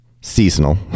seasonal